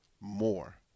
more